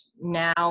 now